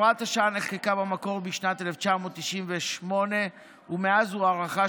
הוראת השעה נחקקה במקור בשנת 1998 ומאז הוארכה